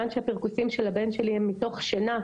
הפרכוסים של הבן שלי הם מתוך שינה,